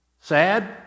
sad